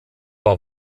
war